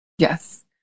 yes